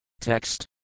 Text